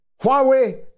Huawei